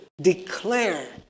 declare